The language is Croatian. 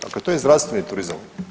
Dakle, to je zdravstveni turizam.